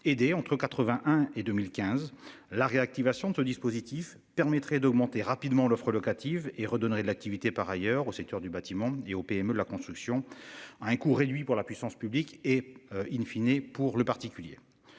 aidé entre 81 et 2015. La réactivation de ce dispositif permettrait d'augmenter rapidement l'offre locative et redonnerait de l'activité par ailleurs au secteur du bâtiment et aux PME de la construction à un coût réduit pour la puissance publique et in fine et pour le particulier.